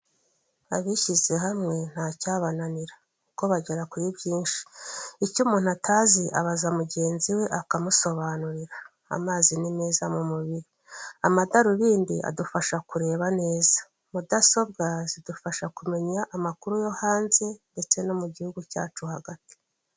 Abishyize hamwe ntacyabananira kuko bagera kuri byinshi. Icyo umuntu atazi abaza mugenzi we akamusobanurira. Amazi ni meza mu mubiri, amadarobindi adufasha kureba neza, mudasobwa zidufasha kumenya amakuru yo hanze ndetse no mu gihugu cyacu hagati.